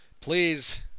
Please